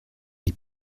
les